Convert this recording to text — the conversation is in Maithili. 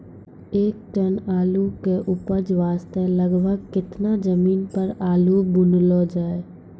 एक टन आलू के उपज वास्ते लगभग केतना जमीन पर आलू बुनलो जाय?